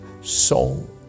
soul